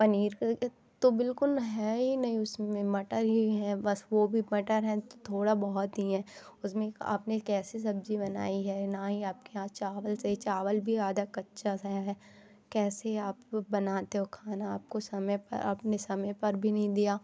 पनीर का तो बिल्कुल है ही नहीं उसमें मटर ही हैं बस वह भी मटर हैं तो थोड़ा बहुत हीं है उसमें आपने कैसे सब्ज़ी बनाई है न ही आपके यहाँ चावल सही चावल भी आधा कच्चा सा है कैसे आप बनाते हो खाना आपको समय पर आपने समय पर भी नहीं दिया